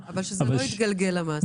אבל שזה לא יתגלגל למעסיק.